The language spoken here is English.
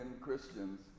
Christians